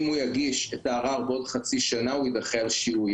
אם הוא יגיש את הערר בעוד חצי שנה הוא יידחה על שיהוי,